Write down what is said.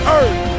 earth